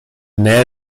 nähe